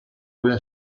una